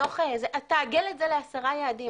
אז תעגל את זה לעשרה יעדים.